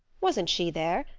wasn't she there?